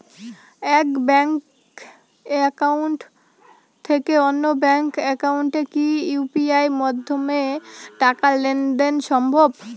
এক bank account থেকে অন্য ব্যাংক একাউন্টে কি ইউ.পি.আই মাধ্যমে টাকার লেনদেন দেন সম্ভব?